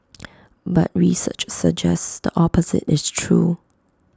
but research suggests the opposite is true